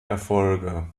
erfolge